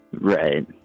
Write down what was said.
Right